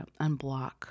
unblock